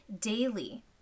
daily